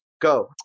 Go